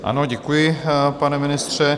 Ano, děkuji, pane ministře.